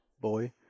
boy